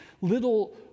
little